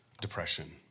depression